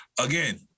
again